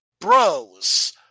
bros